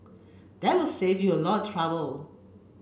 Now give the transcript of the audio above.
that will save you a lot trouble